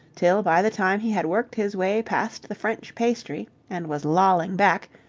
till by the time he had worked his way past the french pastry and was lolling back,